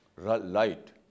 Light